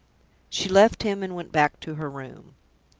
she left him, and went back to her room.